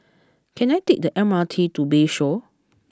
can I take the M R T to Bayshore